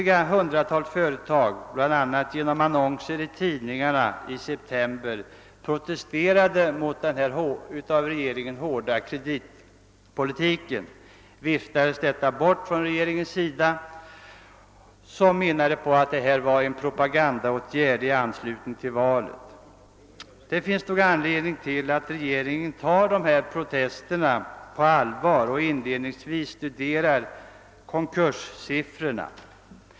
genom annonser i tidningarna, i september protesterade mot den av regeringen förda kreditpolitiken viftades detta bort av regeringen, som menade att det var en propagandaåtgärd i anslutning till valet. Det finns nog anledning för regeringen att ta dessa protester på allvar. Inledningsvis kan regeringen studera = konkursstatistiken.